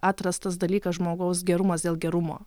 atrastas dalykas žmogaus gerumas dėl gerumo